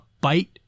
Bite